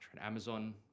Amazon